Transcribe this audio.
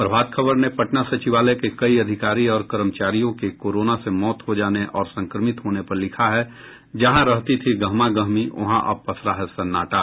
प्रभात खबर ने पटना सचिवालय के कई अधिकारी और कर्मचारियों के कोरोना से मौत हो जाने और संक्रमित होने पर लिखा है जहां रहती थी गहमा गहमी वहां अब पसरा है सन्नाटा